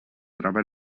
troba